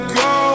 go